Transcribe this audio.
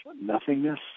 nothingness